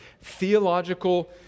theological